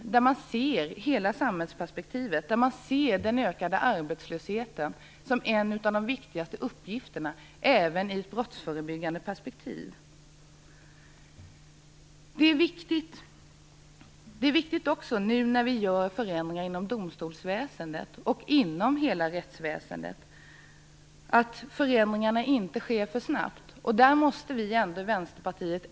De förstnämnda satsar på en helhetssyn ur samhällsperspektiv, där man ser bekämpandet av den ökade arbetslösheten som en av de viktigaste uppgifterna även i ett brottsförebyggande arbete. När vi nu genomför förändringar inom domstolsväsendet och inom hela rättsväsendet är det också viktigt att förändringarna inte sker för snabbt.